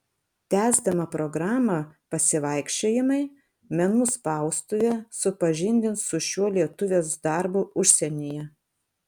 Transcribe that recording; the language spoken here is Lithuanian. tęsdama programą pasivaikščiojimai menų spaustuvė supažindins su šiuo lietuvės darbu užsienyje